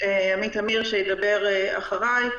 עמית אמיר, שידבר אחרי.